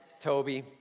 Toby